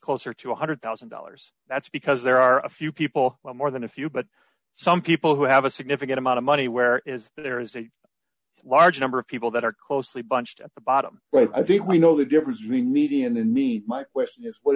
closer to one hundred thousand dollars that's because there are a few people well more than a few but some people who have a significant amount of money where is there is a large number of people that are closely bunched at the bottom well i think we know the difference between median and me my question is what